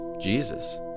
Jesus